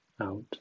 out